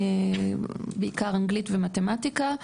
בעיקר אנגלית ומתמטיקה.